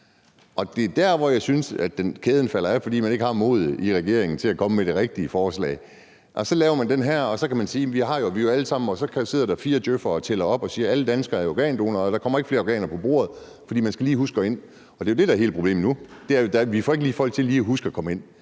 Og det er der, hvor jeg synes at kæden falder af, altså at man ikke har modet i regeringen til at komme med det rigtige forslag. Så laver man det her, og så kan man sige, at det jo er os alle sammen, og så sidder der fire djøf'ere og tæller op og siger, at alle danskere er organdonorer, men der kommer ikke flere organer på bordet, fordi man lige skal huske at gå ind på linket. Det er det, der er hele problemet nu – det er, at vi ikke får folk til lige at huske at gå ind